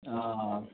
हाँ